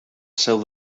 seu